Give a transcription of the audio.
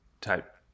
type